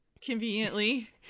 conveniently